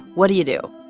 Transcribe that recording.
what do you do?